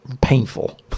painful